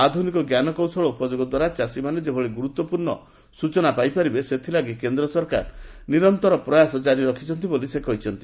ଆଧ୍ରନିକ ଞ୍ଜାନକୌଶଳ ଉପଯୋଗ ଦ୍ୱାରା ଚାଷୀମାନେ ଯେଭଳି ଗୁରୁତ୍ୱପୂର୍ଣ୍ଣ ସୂଚନା ପାଇପାରିବେ ସେଥିଲାଗି କେନ୍ଦ୍ର ସରକାର ନିରନ୍ତର ପ୍ରୟାସ ଜାରି ରଖିଛନ୍ତି ବୋଲି ସେ କହିଛନ୍ତି